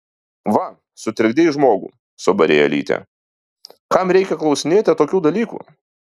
va sutrikdei žmogų subarė elytė kam reikia klausinėti tokių dalykų